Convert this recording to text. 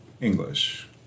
English